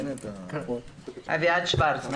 אביעד שוורץ.